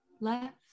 left